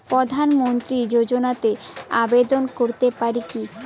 প্রধানমন্ত্রী যোজনাতে আবেদন করতে পারি কি?